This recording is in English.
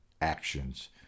actions